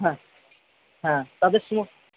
হ্যাঁ হ্যাঁ